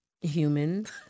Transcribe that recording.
humans